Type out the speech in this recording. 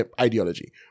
ideology